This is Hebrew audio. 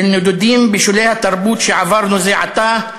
של נדודים בשולי התרבות שעברנו זה עתה,